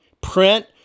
print